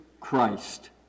Christ